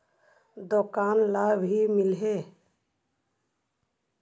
दुकान ला भी मिलहै?